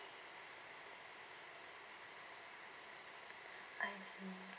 I see